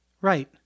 Right